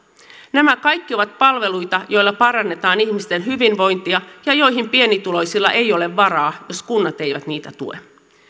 nämä kaikki ovat palveluita joilla parannetaan ihmisten hyvinvointia ja joihin pienituloisilla ei ole varaa jos kunnat eivät niitä tue